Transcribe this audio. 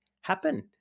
happen